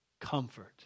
Comfort